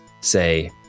say